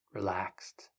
Relaxed